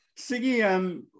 Siggy